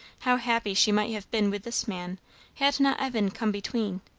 how happy she might have been with this man had not evan come between.